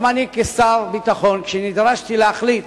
גם אני, כשר ביטחון, כשנדרשתי להחליט